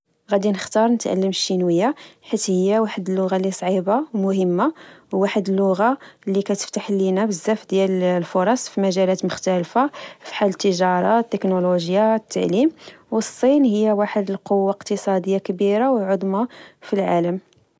غدي نختار نتعلم الشينوية حيت هي واحد اللغة لصعيبة و مهمة و واحد اللغة اللي كتفتح لينا بزاف ديال الفرص فمجالات مختلفة. فحال التجارة، والتكنولوجيا، والتعليم، والصين هي واحد قوة اقتصادية كبيرة وعظمى في العالم